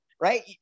right